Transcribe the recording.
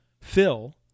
fill